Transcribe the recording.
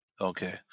Okay